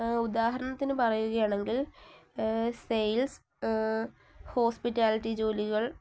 ഉദാഹരണത്തിന് പറയുകയാണെങ്കിൽ sales hospitality ജോലികൾ